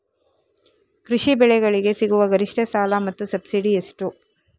ಕೃಷಿ ಬೆಳೆಗಳಿಗೆ ಸಿಗುವ ಗರಿಷ್ಟ ಸಾಲ ಮತ್ತು ಸಬ್ಸಿಡಿ ಎಷ್ಟು?